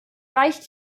reicht